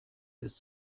ist